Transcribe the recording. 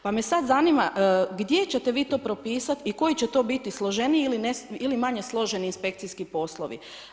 Pa me sad zanima gdje ćete vi to propisati i koji će to biti složeniji ili manje složeni inspekcijski poslovi.